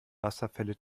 wasserfälle